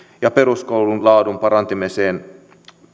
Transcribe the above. ja peruskoulun laadun parantamiseen